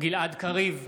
גלעד קריב,